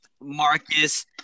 Marcus